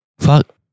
Fuck